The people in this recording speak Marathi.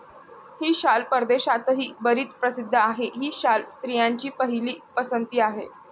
ही शाल परदेशातही बरीच प्रसिद्ध आहे, ही शाल स्त्रियांची पहिली पसंती आहे